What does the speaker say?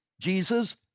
Jesus